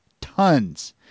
tons